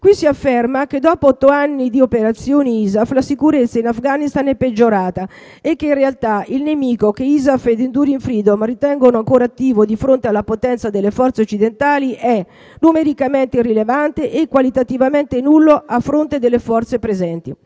Qui si afferma che dopo otto anni di operazioni ISAF la sicurezza in Afghanistan è peggiorata, che in realtà «il nemico che ISAF e *Enduring Freedom* ritengono ancora attivo di fronte alla potenza delle forze occidentali, è numericamente irrilevante e qualitativamente nullo a fronte delle forze NATO presenti».